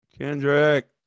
Kendrick